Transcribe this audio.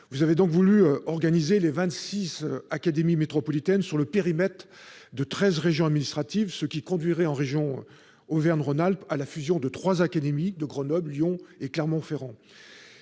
Vous avez donc voulu organisé les 26 académies métropolitaines sur le périmètre de 13 régions administratives, ce qui conduirait dans la région Auvergne-Rhône-Alpes à la fusion de trois académies : Grenoble, Lyon et Clermont-Ferrand.